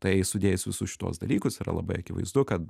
tai sudėjus visus šituos dalykus yra labai akivaizdu kad